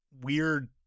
weird